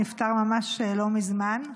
נפטר ממש לא מזמן,